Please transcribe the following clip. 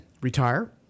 retire